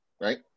right